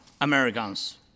Americans